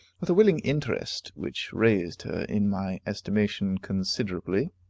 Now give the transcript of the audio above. with a willing interest which raised her in my estimation considerably.